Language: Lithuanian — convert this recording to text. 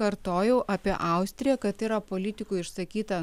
kartojau apie austriją kad yra politikų išsakyta